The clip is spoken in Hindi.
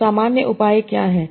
तो सामान्य उपाय क्या हैं